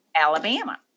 Alabama